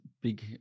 big